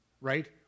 right